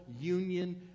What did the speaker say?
union